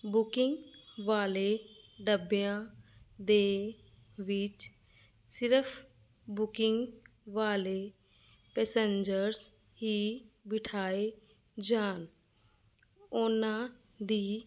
booking ਵਾਲੇ ਡੱਬਿਆਂ ਦੇ ਵਿੱਚ ਸਿਰਫ ਬੁਕਿੰਗ ਵਾਲੇ ਪੈਸੰਜਰਸ ਹੀ ਬਿਠਾਏ ਜਾਣ ਉਹਨਾਂ ਦੀ